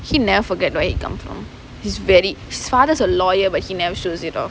he never forget where he come from his very his father is a lawyer but he never shows it off